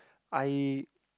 I